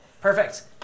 Perfect